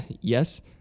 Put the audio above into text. yes